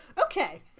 okay